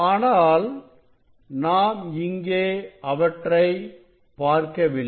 ஆனால் நாம் இங்கே அவற்றை பார்க்கவில்லை